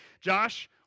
Josh